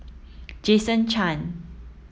Jason Chan